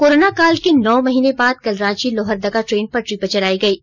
corona काल के नौ महीने बाद कल रांची लोहरदगा ट्रेन पटरी पर चलायी गयी